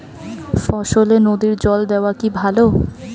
ফসলে নদীর জল দেওয়া কি ভাল?